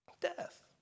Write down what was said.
death